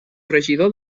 regidor